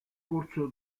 corso